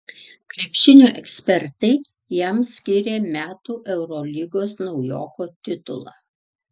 krepšinio ekspertai jam skyrė metų eurolygos naujoko titulą